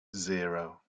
zero